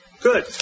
Good